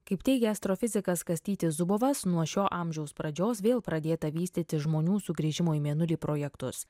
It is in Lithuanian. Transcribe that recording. kaip teigia astrofizikas kastytis zubovas nuo šio amžiaus pradžios vėl pradėta vystyti žmonių sugrįžimo į mėnulį projektus